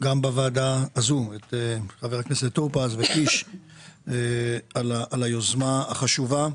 בוועדה הזאת את חבר הכנסת טור פז ואת חבר הכנסת קיש על היוזמה החשובה.